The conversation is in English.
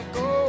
go